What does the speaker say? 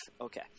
Okay